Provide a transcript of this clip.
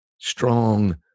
strong